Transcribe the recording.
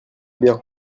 bien